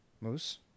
Moose